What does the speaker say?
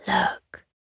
Look